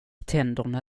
tänderna